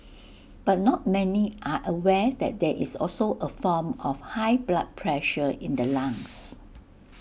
but not many are aware that there is also A form of high blood pressure in the lungs